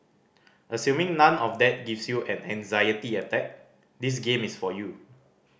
assuming none of that gives you an anxiety attack this game is for you